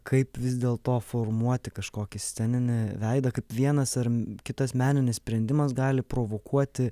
kaip vis dėl to formuoti kažkokį sceninį veidą kaip vienas ar kitas meninis sprendimas gali provokuoti